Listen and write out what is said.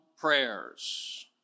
prayers